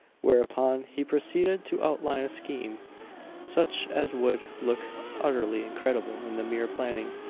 whereupon he proceeded to outline a scheme such as would look utterly incredible in the mere planning.